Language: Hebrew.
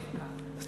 מי משיב?